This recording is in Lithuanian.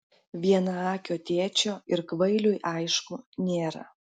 vienaakio tėčio ir kvailiui aišku nėra